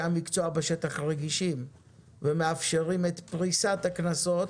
המקצוע בשטח רגישים ומאפשרים את פריסת הקנסות,